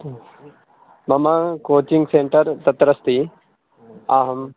ह्म् मम coaching centre तत्र अस्ति अहं